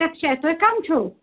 اَچھا تُہۍ کٕم چھُو